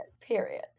Period